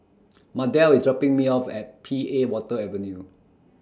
Mardell IS dropping Me off At P A Water Avenue